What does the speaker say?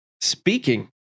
Speaking